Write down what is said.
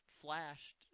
flashed